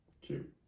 cute